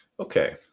Okay